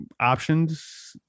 options